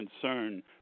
concern